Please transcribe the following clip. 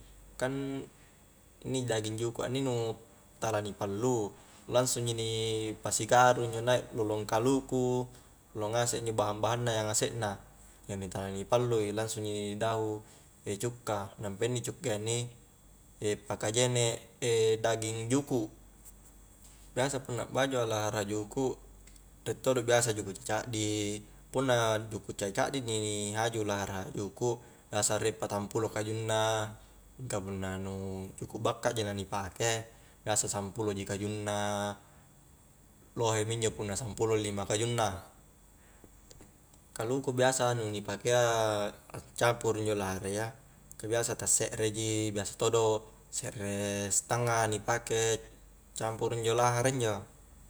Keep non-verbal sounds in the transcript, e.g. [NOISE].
Kan inni daging juku' a inni nu tala ni pallu angsung ji ni pasi garu' injo naik lolong kaluku lolong ngaseng injo bahang-bahang na iya ngasek na iyani tala ni pallu i langsung ji ni dahu cukka, nampa inni cukka iya inni [HESITATION] paka jene' [HESITATION] daging juku' biasa punna baju a lahara juku' riek todo biasa juku' caddi punna juku' caddi-caddi ni haju lahara juku' biasa riek patang pulo kajunna mingka punna juku' bakka ji na ni pake biasa sampulo ji kajunna, lohe mi injo punna sampulo lima kajunna kaluku biasa nu ni pakea campuru injo laharayya, ka biasa ta'sekre ji biasa todo sekre setangnga ni pake campuru injo lahara injo